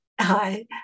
Hi